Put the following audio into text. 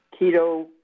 keto